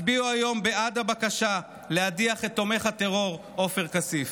הצביעו היום בעד הבקשה להדיח את תומך הטרור עופר כסיף.